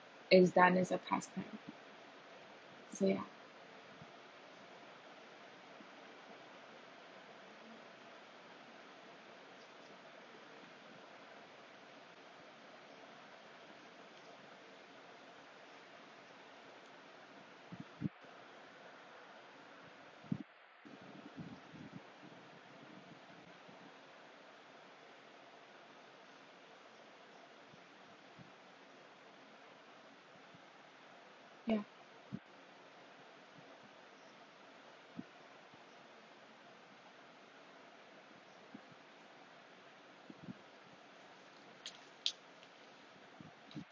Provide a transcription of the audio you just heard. is done as a pastime ya ya